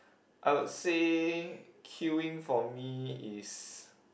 I will say queueing for me is